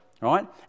right